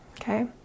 okay